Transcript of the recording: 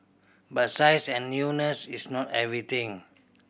but size and newness is not everything